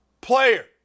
player